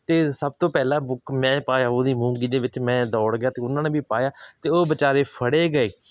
ਅਤੇ ਸਭ ਤੋਂ ਪਹਿਲਾ ਬੁੱਕ ਮੈਂ ਪਾਇਆ ਉਹਦੀ ਮੂੰਗੀ ਦੇ ਵਿੱਚ ਮੈਂ ਦੌੜ ਗਿਆ ਅਤੇ ਉਹਨਾਂ ਨੇ ਵੀ ਪਾਇਆ ਅਤੇ ਉਹ ਬੇਚਾਰੇ ਫੜੇ ਗਏ